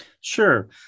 Sure